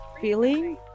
feeling